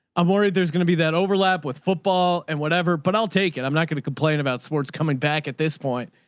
i'm worried there's going to be that overlap with football and whatever, but i'll take it. i'm not going to complain about sports coming back at this point,